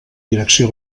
direcció